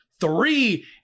Three